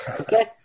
Okay